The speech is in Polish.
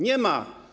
Nie ma.